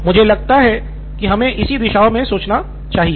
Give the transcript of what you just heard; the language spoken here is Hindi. मुझे लगता है कि हमें इसी दिशाओं में सोचना चाहिए